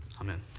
Amen